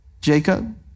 Jacob